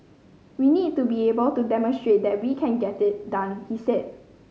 we need to be able to demonstrate that we can get it done he said